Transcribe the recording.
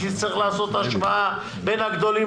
כי צריך לעשות השוואה בין הגדולים